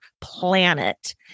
planet